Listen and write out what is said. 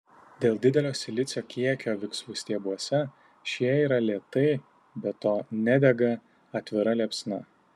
dėl didelio silicio kiekio viksvų stiebuose šie yra lėtai be to nedega atvira liepsna